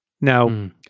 Now